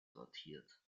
sortiert